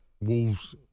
Wolves